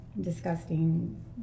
disgusting